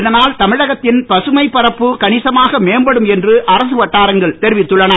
இதனுல் தமிழகத்தின் பசுமைப் பரப்பு கணிசமாக மேம்படும் என்று அரசு வட்டாரங்கள் தெரிவித்துள்ளன